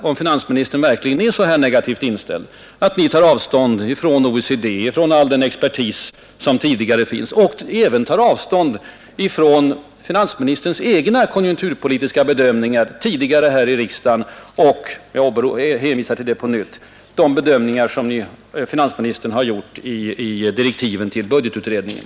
Om finansministern verkligen är så negativt inställd till en aktiv konjunkturpolitik måste det innebära att Ni tar avstånd från OECD och all dess expertis och även från finansministerns egna konjunkturpolitiska bedömningar tidigare här i riksdagen och — jag hänvisar till det på nytt — de uttalanden som finansministern själv gjort i direktiven till budgetutredningen.